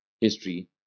history